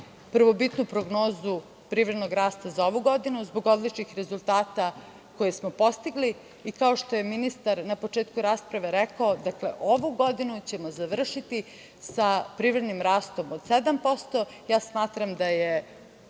prvobitnu prognozu privrednog rasta za ovu godinu zbog odličnih rezultata koje smo postigli i kao što je ministar na početku rasprave rekao, ovu godinu ćemo završiti sa privrednim rastom od 7%. Smatram da je